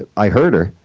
ah i heard her,